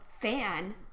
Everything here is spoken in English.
fan